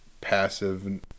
passive